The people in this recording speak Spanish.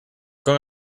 con